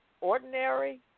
ordinary